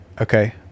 Okay